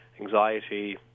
anxiety